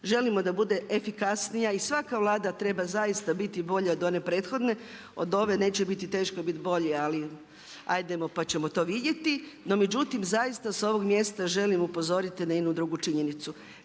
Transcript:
želimo da bude efikasnija i svaka Vlada treba zaista biti bolja od one prethodne. Od ove neće biti teško biti bolji, ali ajdemo pa ćemo to vidjeti. No, međutim zaista s ovog mjesta želim upozoriti na jednu drugu činjenicu.